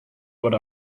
what